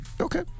Okay